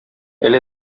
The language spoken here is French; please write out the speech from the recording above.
elle